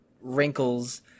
wrinkles